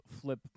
flip